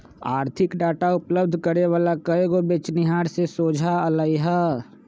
आर्थिक डाटा उपलब्ध करे वला कएगो बेचनिहार से सोझा अलई ह